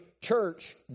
church